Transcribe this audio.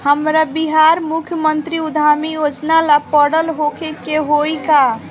हमरा बिहार मुख्यमंत्री उद्यमी योजना ला पढ़ल होखे के होई का?